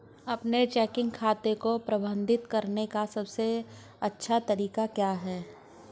अपने चेकिंग खाते को प्रबंधित करने का सबसे अच्छा तरीका क्या है?